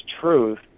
truth